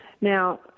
Now